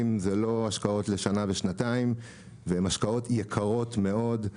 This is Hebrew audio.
אלו לא השקעות לשנה ושנתיים והן השקעות יקרות מאוד.